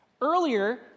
Earlier